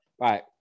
right